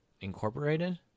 Incorporated